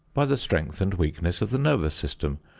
by the strength and weakness of the nervous system,